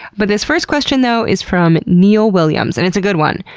but this first question though is from neal williams, and it's a good one.